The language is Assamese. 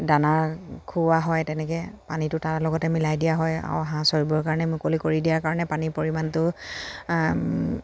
দানা খুওৱা হয় তেনেকে পানীটো তাৰ লগতে মিলাই দিয়া হয় আৰু হাঁহ চৰিবৰ কাৰণে মুকলি কৰি দিয়াৰ কাৰণে পানীৰ পৰিমাণটো